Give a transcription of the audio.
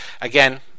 Again